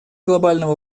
глобального